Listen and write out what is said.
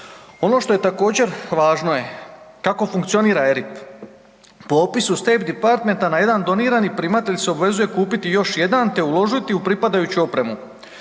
Ono što je također važno je kako funkcionira ERIC, popisu State Department-a na jedan donirani primatelj se obvezuje kupiti još jedan te uložiti u pripadajuću opremu